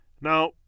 Now